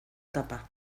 tapa